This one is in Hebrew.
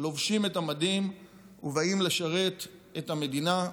לובשים את המדים ובאים לשרת את המדינה,